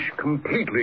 completely